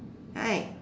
right